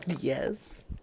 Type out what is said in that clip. Yes